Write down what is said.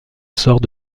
sort